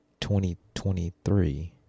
2023